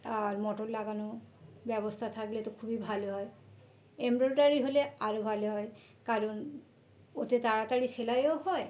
আর motor লাগানো ব্যবস্থা থাকলে তো খুবই ভালো হয় এমব্রয়ডারি হলে আরো ভালো হয় কারণ ওতে তাড়াতাড়ি সেলাইও হয়